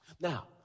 Now